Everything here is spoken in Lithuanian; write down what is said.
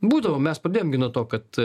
būdavo mes pradėjom gi nuo to kad